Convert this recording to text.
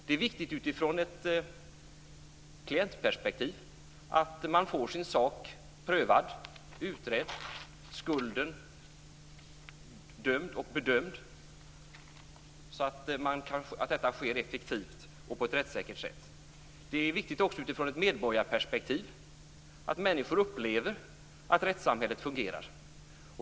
Det är viktigt utifrån ett klientperspektiv att man får sin sak prövad och utredd, skulden bedömd och dömd. Detta måste ske effektivt och på ett rättssäkert sätt. Det är viktigt utifrån ett medborgarperspektiv att människor upplever att rättssamhället fungerar.